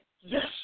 Yes